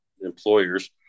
employers